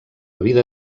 vida